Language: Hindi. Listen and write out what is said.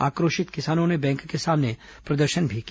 आक्रोशित किसानों ने बैंक के सामने प्रदर्शन भी किया